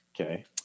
Okay